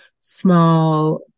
small